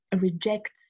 rejects